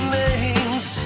names